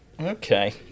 Okay